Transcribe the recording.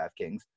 DraftKings